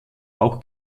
auch